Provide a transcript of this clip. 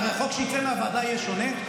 הרי החוק שיצא מהוועדה יהיה שונה.